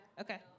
Okay